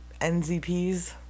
NZPs